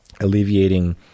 alleviating